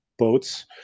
boats